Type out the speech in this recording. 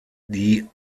die